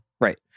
Right